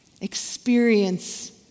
experience